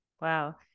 wow